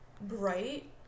bright